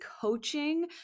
coaching